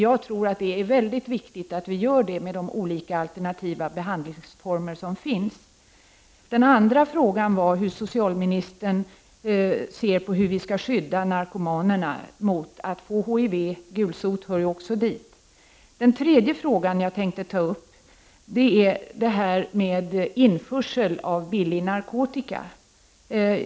Jag tycker att det är viktigt att vi gör en utvärdering av de olika alternativa behandlingsformer som finns. Den andra frågan är hur socialministern tror vi kan skydda narkomanerna mot att få HIV — gulsot hör också dit. Den tredje fråga som jag tänkte ta upp gäller införsel av billig narkotika.